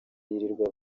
yirirwa